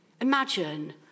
Imagine